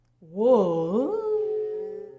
whoa